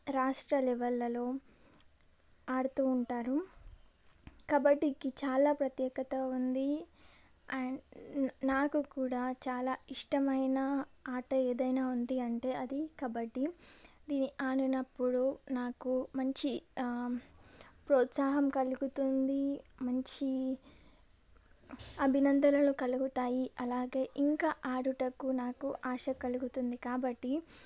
రాష్ట్ర లెవెల్లలో ఆడుతూ ఉంటారు కబడ్డీకి చాలా ప్రత్యేకత ఉంది అండ్ నాకు కూడా చాలా ఇష్టమైన ఆట ఏదైనా ఉంది అంటే అది కబడ్డీ ఇది ఆడినప్పుడు నాకు మంచి ప్రోత్సాహం కలుగుతుంది మంచి అభినందనలు కలుగుతాయి అలాగే ఇంకా ఆడుటకు నాకు ఆశ కలుగుతుంది కాబట్టి